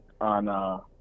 on –